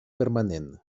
permanent